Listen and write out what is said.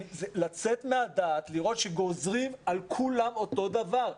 לצאת מהדעת, לראות שגוזרים על כולם אותו דבר.